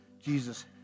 Jesus